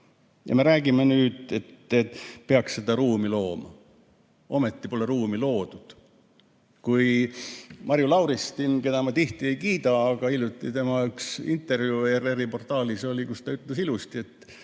Meie räägime nüüd, et peaks seda ruumi looma. Ometi pole ruumi loodud. Marju Lauristini ma tihti ei kiida, aga hiljuti oli tema üks intervjuu ERR‑i portaalis, kus ta ütles ilusti, et